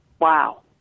wow